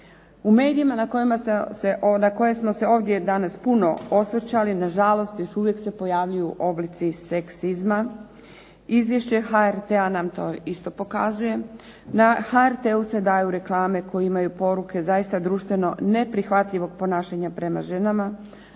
U medijima na koje smo se ovdje danas puno osvrćali, na žalost još uvijek se pojavljuju oblici seksizma, izvješće HRT-a nam to isto pokazuje. Na HRT-u se daju reklame koje imaju poruke zaista društveno neprihvatljivog ponašanja prema ženama,